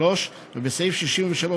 "תשתיות לאומיות" בסעיף 1 לחוק התכנון והבנייה,